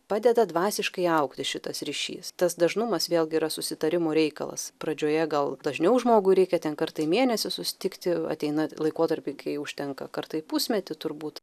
padeda dvasiškai augti šitas ryšys tas dažnumas vėlgi yra susitarimo reikalas pradžioje gal dažniau žmogui reikia ten kartą į mėnesį susitikti ateina laikotarpiai kai užtenka kartą į pusmetį turbūt